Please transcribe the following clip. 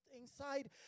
inside